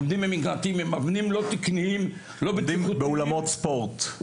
לומדים במקלטים עם מבנים לא תקניים -- לומדים באולמות ספורט,